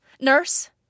Nurse